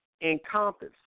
encompass